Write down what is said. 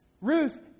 Ruth